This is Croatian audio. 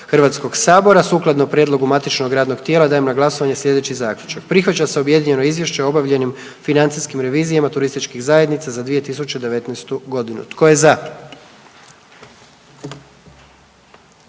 Hrvatskog sabora. Sukladno prijedlogu matičnog radnog tijela dajem na glasovanje slijedeći zaključak. Prihvaća se objedinjeno Izvješće o obavljenim financijskim revizijama turističkih zajednica za 2019. godinu. Tko je za?